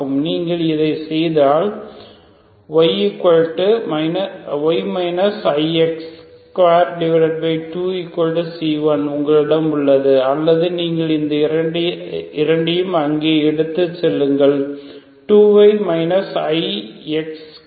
நீங்கள் இதைச் செய்தால் y ix22C1 உங்களிடம் உள்ளது அல்லது நீங்கள் இந்த இரண்டையும் அங்கே எடுத்து செல்லுங்கள் 2y ix2C1